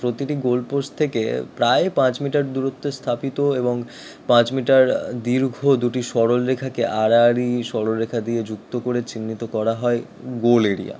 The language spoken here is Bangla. প্রতিটি গোলপোস্ট থেকে প্রায় পাঁচ মিটার দূরত্বে স্থাপিত এবং পাঁচ মিটার দীর্ঘ দুটি সরলরেখাকে আড়াআড়ি সরল রেখা দিয়ে যুক্ত করে চিহ্নিত করা হয় গোল এরিয়া